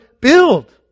build